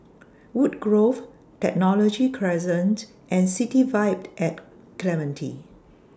Woodgrove Technology Crescent and City Vibe At Clementi